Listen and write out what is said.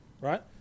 Right